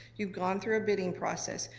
you've gone through a bidding process,